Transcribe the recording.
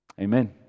Amen